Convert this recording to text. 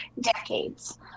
decades